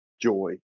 joy